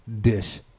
dish